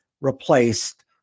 replaced